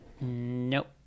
Nope